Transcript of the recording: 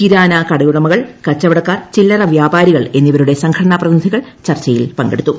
കിരാന കടയുടമകൾ കച്ചുവടക്കാർ ചില്ലറ വ്യാപാരികൾ എന്നിവരുടെ സംഘടനാ പ്രതിനിധികൾ ചർച്ചയിൽ പങ്കെടുത്തു